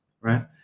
right